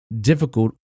difficult